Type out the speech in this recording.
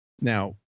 now